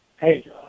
Hey